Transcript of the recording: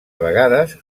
vegades